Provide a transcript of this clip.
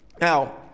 Now